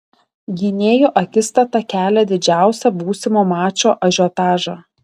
gynėjų akistata kelia didžiausią būsimo mačo ažiotažą